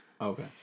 Okay